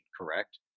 correct